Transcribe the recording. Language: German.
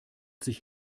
sich